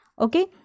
Okay